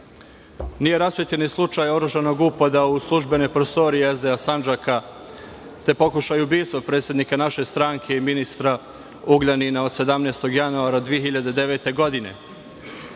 Nije rasvetljen ni slučaj oružanog upada u službene prostorije SDA Sandžaka, te pokušaj ubistva predsednika naše stranke i ministra Ugljanina od 17. januara 2009. godine. Ovo